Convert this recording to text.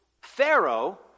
Pharaoh